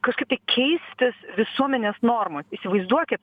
kažkaip tai keistis visuomenės normos įsivaizduoki